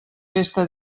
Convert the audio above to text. festa